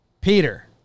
Peter